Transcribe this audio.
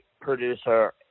Producer